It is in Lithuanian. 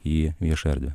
į viešąją erdvę